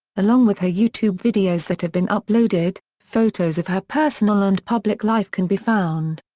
along with her youtube videos that have been uploaded, photos of her personal and public life can be found.